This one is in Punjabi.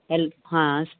ਹੈਲੋ ਹਾਂ